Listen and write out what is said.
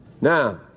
now